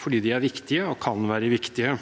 fordi de er viktige, og kan være viktige.